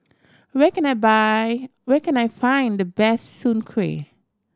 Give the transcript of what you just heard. where can I buy where can I find the best Soon Kuih